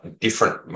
different